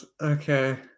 Okay